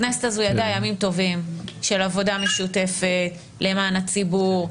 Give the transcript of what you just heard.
הכנסת הזו ידעה ימים טובים של עבודה משותפת למען הציבור.